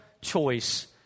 choice